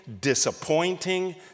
disappointing